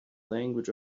language